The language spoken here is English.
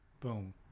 boom